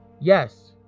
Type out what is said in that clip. yes